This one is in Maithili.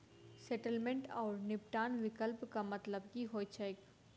सेटलमेंट आओर निपटान विकल्पक मतलब की होइत छैक?